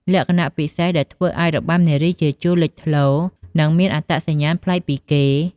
លក្ខណៈពិសេសដែលធ្វើឱ្យរបាំនារីជាជួរលេចធ្លោ និងមានអត្តសញ្ញាណប្លែកពីគេ។